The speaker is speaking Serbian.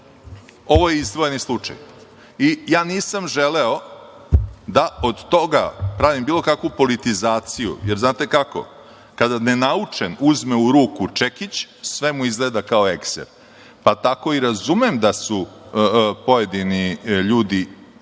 ovo je izdvojeni slučaj. Ja nisam želeo da od toga pravim bilo kakvu politizaciju, jer, znate kako, kada nenaučen uzme u ruku čekić sve mu izgleda kao ekser, pa tako i razumem da su pojedini ljudi